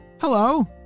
hello